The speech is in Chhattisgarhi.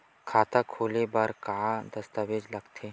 खाता खोले बर का का दस्तावेज लगथे?